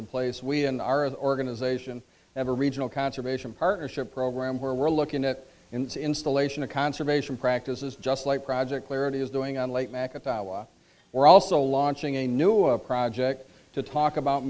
in place we in our organization ever regional conservation partnership program where we're looking at installation of conservation practices just like project clarity is doing on late we're also launching a new a project to talk about